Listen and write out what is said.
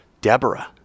Deborah